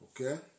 Okay